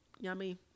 Yummy